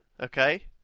Okay